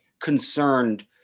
concerned